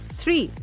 three